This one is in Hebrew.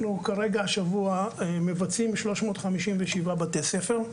אנחנו השבוע מבצעים 357 בתי ספר.